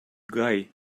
guy